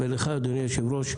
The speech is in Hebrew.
ולך אדוני היושב-ראש,